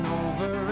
over